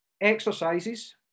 exercises